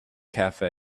cafe